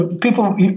People